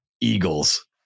Eagles